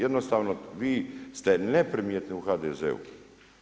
Jednostavno vi ste neprimjetni u HDZ-u.